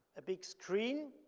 a big screen,